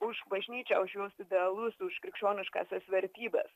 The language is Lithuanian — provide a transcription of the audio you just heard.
už bažnyčią už jos idealus už krikščioniškąsias vertybes